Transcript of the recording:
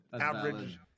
average